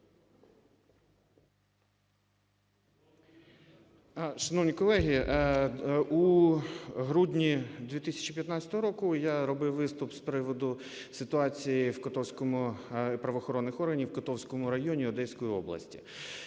Шановні колеги, у грудні 2015 року я робив виступ з приводу ситуації в Котовському… і правоохоронних